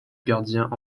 gardien